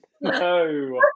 No